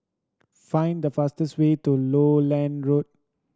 find the fastest way to Lowland Road